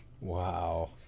wow